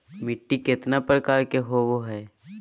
मिट्टी केतना प्रकार के होबो हाय?